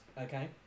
Okay